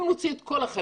אם נוציא את כל החריגים,